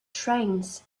trains